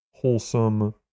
wholesome